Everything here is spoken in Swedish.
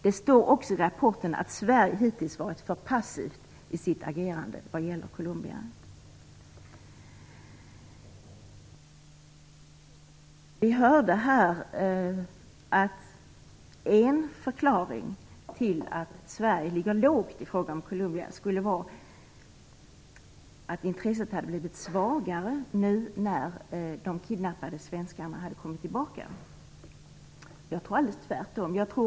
Det står också i rapporten att Sverige hittills varit alltför passivt i sitt agerande vad gäller Vi hörde här att en förklaring till att Sverige ligger lågt i fråga om Colombia skulle vara att intresset hade blivit svagare nu när de kidnappade svenskarna har kommit tillbaka. Jag tror att det förhåller sig tvärtom.